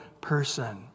person